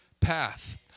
path